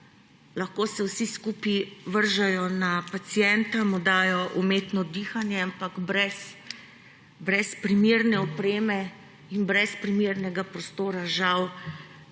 Lahko se vsi skupaj vržejo na pacienta, mu dajo umetno dihanje, ampak brez primerne opreme in brez primernega prostora žal